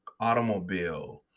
automobile